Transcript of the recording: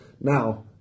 Now